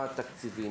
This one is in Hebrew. מה התקציבים?